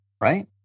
right